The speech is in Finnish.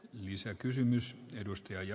arvoisa puhemies